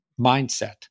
mindset